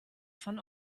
von